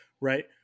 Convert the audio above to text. right